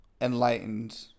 enlightened